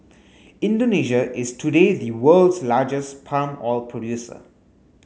Indonesia is today the world's largest palm oil producer